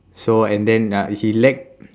so and then uh he lack